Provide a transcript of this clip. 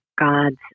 God's